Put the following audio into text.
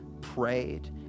prayed